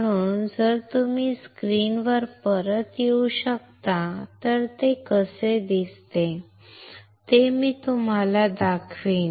म्हणून जर तुम्ही स्क्रीनवर परत येऊ शकता तर ते कसे दिसते ते मी तुम्हाला दाखवीन